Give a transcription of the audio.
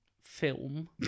film